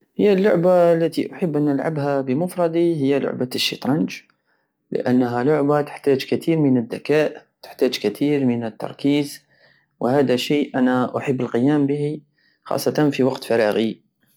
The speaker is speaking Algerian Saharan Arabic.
هي اللعبة التي احب ان العبها بمفردي هي لعبة الشطرنج لانها لعبة تحتاج كتيرا من الدكاء تحتاج كتير من التركيز وهدا شيء انا احب القيام به خاصتا في وقت فراغي